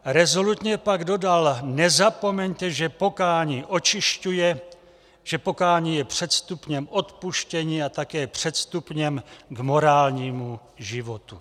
Rezolutně pak dodal: Nezapomeňte, že pokání očišťuje, že pokání je předstupněm odpuštění a také předstupněm k morálnímu životu.